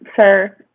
sir